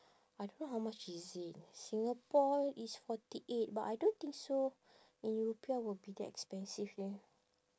I don't know how much is it singapore is forty eight but I don't think so in rupiah will be that expensive leh